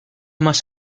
más